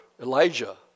Elijah